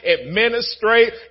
administrate